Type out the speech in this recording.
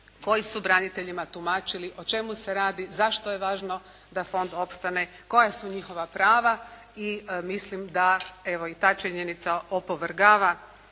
koji su braniteljima tumačili o čemu se radi, zašto je važno da fond opstane, koja su njihova prava. I mislim da evo i ta činjenica opovrgava